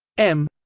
m,